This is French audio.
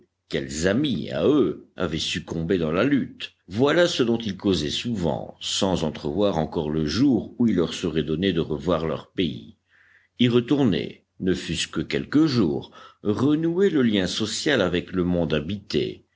quels amis à eux avaient succombé dans la lutte voilà ce dont ils causaient souvent sans entrevoir encore le jour où il leur serait donné de revoir leur pays y retourner ne fût-ce que quelques jours renouer le lien social avec le monde habité